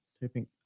typing